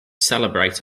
celebrate